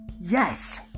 Yes